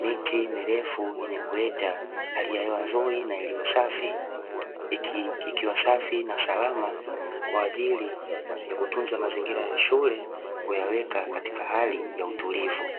miti mirefu yenye kuleta hali ya hewa nzuri na iliyo safi ikiwa safi na salama kwa ajili ya kutunza mazingira ya shule kuyaweka katika hali ya utulivu.